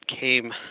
came